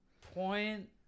point